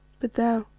but thou,